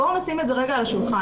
בואו נשים את זה רגע על השולחן,